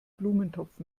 blumentopf